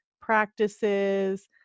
practices